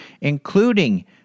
including